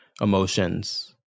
emotions